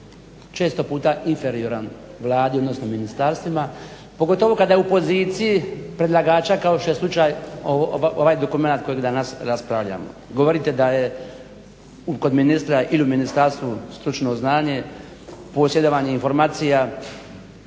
često puta inferioran Vladi odnosno ministarstvima, pogotovo kada je u poziciji predlagača kao što je slučaj ovaj dokumenat kojeg danas raspravljamo. Govorite da je kod ministra ili u ministarstvu stručno znanje, posjedovanje informacija